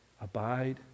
Abide